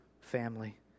family